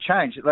change